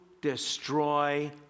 destroy